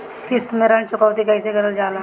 किश्त में ऋण चुकौती कईसे करल जाला?